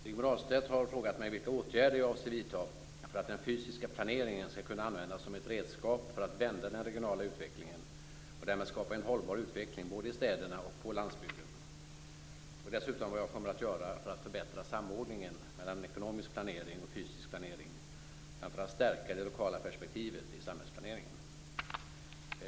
Rigmor Ahlstedt har frågat mig vilka åtgärder jag avser vidta för att den fysiska planeringen skall kunna användas som ett redskap för att vända den regionala utvecklingen och därmed skapa en hållbar utveckling både i städerna och på landsbygden och dessutom vad jag kommer att göra för att förbättra samordningen mellan ekonomisk planering och fysisk planering samt för att stärka det lokala perspektivet i samhällsplaneringen.